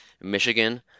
Michigan